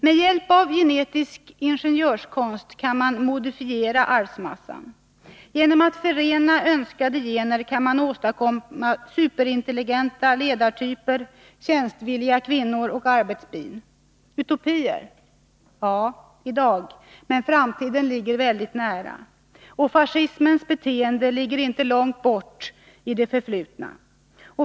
Med hjälp av genetisk ingenjörskonst kan man modifiera arvsmassan. Genom att förena önskade gener kan man åstadkomma superintelligenta ledartyper, tjänstvilliga kvinnor och arbetsbin. Utopier? Ja, i dag, men framtiden ligger väldigt nära! Fascismens beteende ligger inte långt bort i det förflutna.